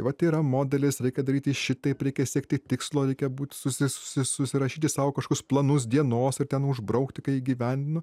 vat yra modelis reikia daryti šitaip reikia siekti tikslo reikia būti susi susi susirašyti sau kažkokius planus dienos ir ten užbraukti kai įgyvendinu